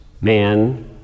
man